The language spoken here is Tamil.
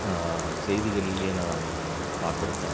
செய்திகள்லையே நான் பார்த்துருக்கேன்